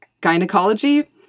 gynecology